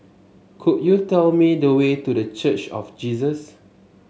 could you tell me the way to The Church of Jesus